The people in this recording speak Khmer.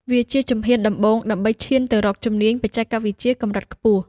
វាជាជំហានដំបូងដើម្បីឈានទៅរកជំនាញបច្ចេកវិទ្យាកម្រិតខ្ពស់។